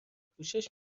پوشش